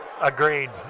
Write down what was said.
Agreed